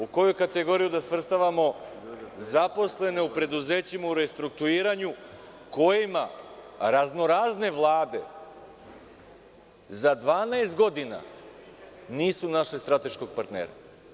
U koju kategoriju da svrstavamo zaposlene u preduzećima u restrukturiranju kojima raznorazne vlade za 12 godina nisu našle strateškog partnera?